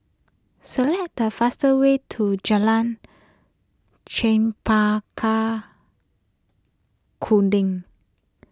select the fastest way to Jalan Chempaka Kuning